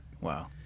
Wow